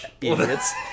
idiots